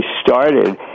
started